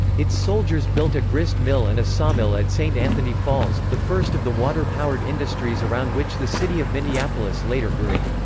its soldiers built a grist mill and a sawmill at saint anthony falls, the first of the water-powered industries around which the city of minneapolis later grew.